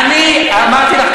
אני אמרתי לך,